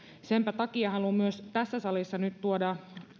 senpä takia haluan myös tässä salissa nyt tuoda